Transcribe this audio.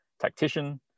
tactician